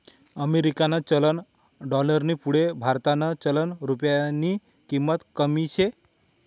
अमेरिकानं चलन डालरनी पुढे भारतनं चलन रुप्यानी किंमत कमी शे